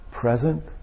present